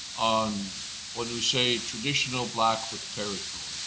on when we say traditional blackfoot territory